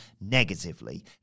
negatively